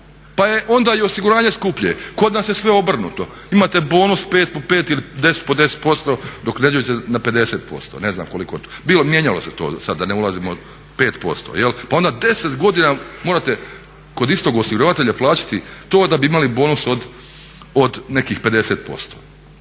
pa je onda i osiguranje skuplje. Kod nas je sve obrnuto. Imate bonus 5 ili 10% dok ne dođete na 50%, ne znam koliko, bilo je mijenjalo se to sad da ne ulazim. 5% jel'? Pa onda 10 godina morate kod istog osiguravatelja plaćati to da bi imali bonus od nekih 50%.